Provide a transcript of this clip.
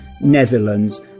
Netherlands